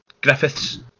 Griffiths